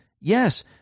yes